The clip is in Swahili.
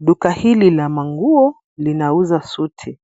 Duka hili la manguo linauza suti.